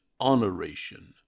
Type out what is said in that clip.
honoration